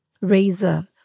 Razor